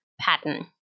pattern